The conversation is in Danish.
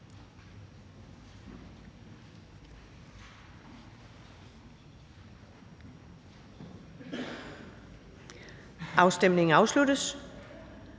Afstemningen afsluttes.